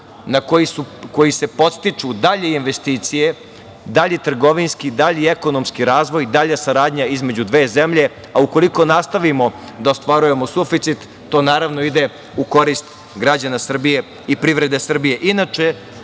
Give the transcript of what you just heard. na koji se podstiču dalje investicije, dalji trgovinski i dalji ekonomski razvoj i dalja saradnja između dve zemlje, a ukoliko nastavimo da ostvarujemo suficit, to naravno ide u korist građana Srbije i privrede Srbije. Inače,